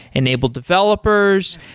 enable developers.